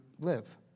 live